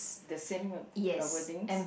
the same wordings